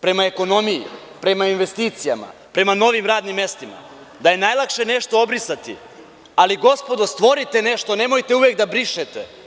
prema ekonomiji, prema investicijama, prema novim radnim mestima, da je najlakše nešto obrisati, ali gospodo, stvorite nešto, nemojte uvek da brišete.